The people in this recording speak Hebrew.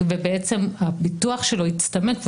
והביטוח שלו יצטמק,